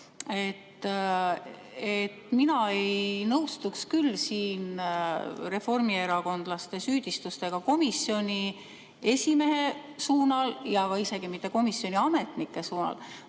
küll ei nõustu reformierakondlaste süüdistustega komisjoni esimehe suunal ja isegi mitte komisjoni ametnike suunal,